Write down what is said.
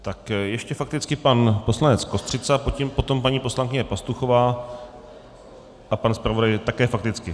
Tak ještě fakticky pan poslanec Kostřica, potom paní poslankyně Pastuchová a pan zpravodaj také fakticky.